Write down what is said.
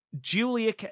Julia